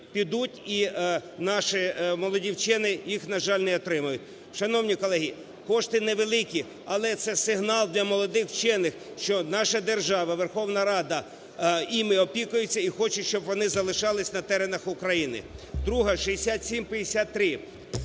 підуть і наші молоді вчені їх, на жаль, не отримають. Шановні колеги, кошти не великі, але це сигнал для молодих вчених, що наша держава, Верховна Рада ними опікується і хоче, щоб вони залишалися на теренах України. Друга: 6753.